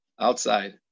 Outside